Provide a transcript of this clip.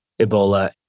Ebola